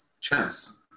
chance